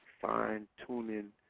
fine-tuning